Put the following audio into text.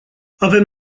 avem